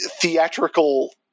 theatrical